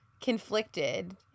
conflicted